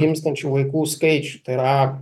gimstančių vaikų skaičių tai yra